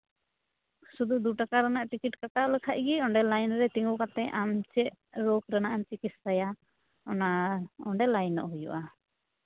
ᱥᱩᱫᱩ ᱫᱩ ᱴᱟᱠᱟ ᱨᱮᱱᱟᱜ ᱴᱤᱠᱤᱴ ᱠᱟᱴᱟᱣ ᱞᱮᱠᱷᱟᱱ ᱜᱮ ᱚᱸᱰᱮ ᱞᱟᱭᱤᱱ ᱨᱮ ᱛᱤᱸᱜᱩ ᱠᱟᱛᱮᱫ ᱟᱢ ᱪᱮᱫ ᱨᱳᱜᱽ ᱨᱮᱱᱟᱜ ᱮᱢ ᱪᱤᱠᱤᱥᱥᱟᱭᱟ ᱚᱱᱟ ᱚᱸᱰᱮ ᱞᱟᱭᱤᱱᱚᱜ ᱦᱩᱭᱩᱜᱼᱟ